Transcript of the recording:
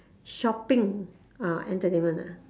shopping orh entertainment ah